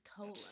cola